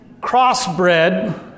crossbred